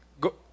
go